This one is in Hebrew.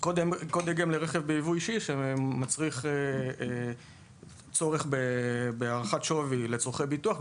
קוד דגם לרכב ביבוא אישי שמצריך ביצוע הערכת שווי לצורכי ביטוח,